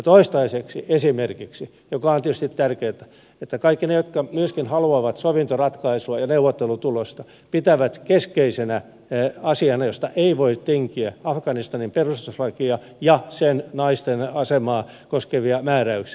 toistaiseksi esimerkiksi mikä on tietysti tärkeätä kaikki ne jotka myöskin haluavat sovintoratkaisua ja neuvottelutulosta pitävät keskeisenä asiana josta ei voi tinkiä afganistanin perustuslakia ja sen naisten asemaa koskevia määräyksiä